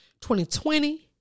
2020